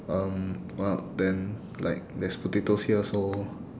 um well then like there's potatoes here so